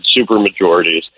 supermajorities